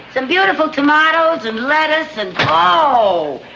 some beautiful tomatoes and lettuce and oh,